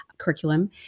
curriculum